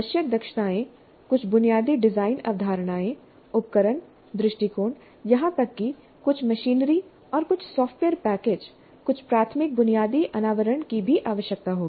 आवश्यक दक्षताएं कुछ बुनियादी डिजाइन अवधारणाएं उपकरण दृष्टिकोण यहां तक कि कुछ मशीनरी और कुछ सॉफ्टवेयर पैकेज कुछ प्राथमिकबुनियादी अनावरण की भी आवश्यकता होगी